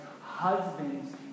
husbands